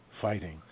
fighting